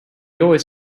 always